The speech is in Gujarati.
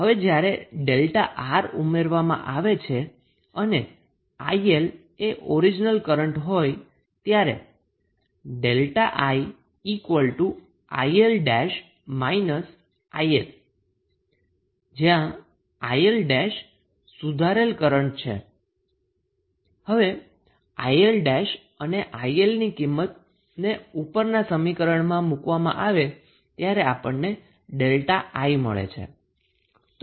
હવે જ્યારે 𝛥𝑅 ઉમેરવામાં આવે અને 𝐼𝐿 એ ઓરીજીનલ કરન્ટ હોય ત્યારે 𝛥𝐼𝐼𝐿′ −𝐼𝐿 𝐼𝐿′ જે સુધારેલ કરન્ટ છે હવે 𝐼𝐿′ અને 𝐼𝐿 ની કિંમતને ઉપરના સમીકરણમાં મુકવામાં આવે ત્યારે આપણને 𝛥𝐼 મળે છે